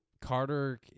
Carter